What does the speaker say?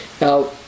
Now